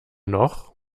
noch